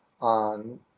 on